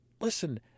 listen